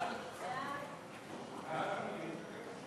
סעיפים 1